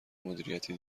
مدیریتی